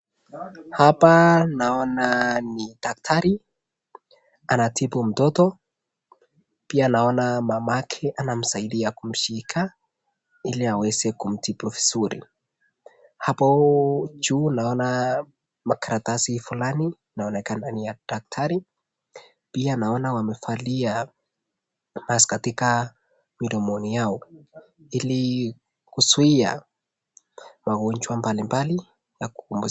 Hapa naona ni Daktari. Anatibu mtoto pia naona Mama yake anamsaidia kumshika Ili aweze kumtibu vizuri . Hapo juu naona makaratasi fulani inaonekana ni ya daktari. Pia naona wamevalia mask katika mdomoni yao ili kuzuia magojwa mbalimbali na